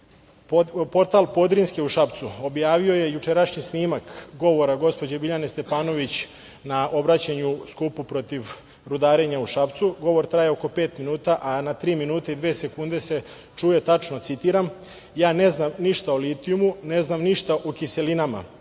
portal „Podrinjski“ u Šapcu objavio je jučerašnji snimak govora gospođe Biljane Stepanović na obraćanju na skupu protiv rudarenja u Šapcu. Govor je trajao oko pet minuta, a na tri minuta i dve sekunde se čuje tačno, citiram: „Ja ne znam ništa o litijumu, ne znam ništa o kiselinama,